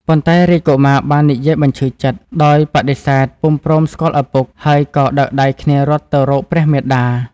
ប៉ុន្តែរាជកុមារបាននិយាយបញ្ឈឺចិត្ត ដោយបដិសេធពុំព្រមស្គាល់ឪពុក ហើយក៏ដឹកដៃគ្នារត់ទៅរកព្រះមាតា។